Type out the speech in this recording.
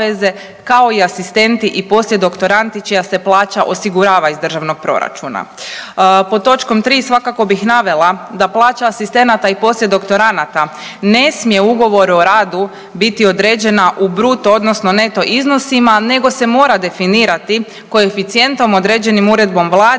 kao i asistenti i poslijedoktorandi čija se plaća osigurava iz državnog proračuna. Pod točkom 3 svakako bih navela da plaća asistenata i poslijedoktoranada ne smije ugovoru o radu biti određena u bruto odnosno neto iznosima nego se mora definirati koeficijentom određenim uredbom Vlade